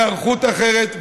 להיערכות אחרת.